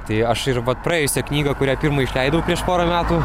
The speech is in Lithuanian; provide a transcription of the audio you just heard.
tai aš ir vat praėjusią knygą kurią pirmą išleidau prieš porą metų